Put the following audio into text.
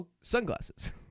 Sunglasses